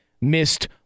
missed